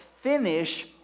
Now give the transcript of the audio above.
finish